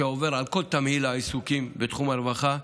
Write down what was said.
שעוברת על כל תמהיל העיסוקים בתחום הרווחה,